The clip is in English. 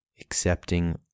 accepting